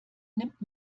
nimmt